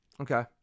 okay